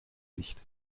licht